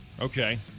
Okay